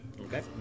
Okay